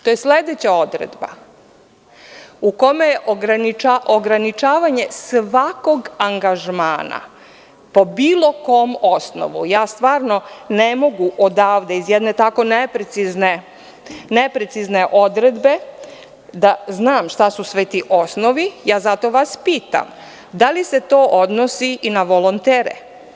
To je sledeća odredba, u kome je ograničavanje svakog angažmana po bilo kom osnovu, ja stvarno ne mogu odavde iz jedne takve neprecizne odredbe da znam šta su sve ti osnovi, ja zato vas pitam – da li se to odnosi i na volontere?